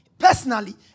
personally